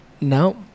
No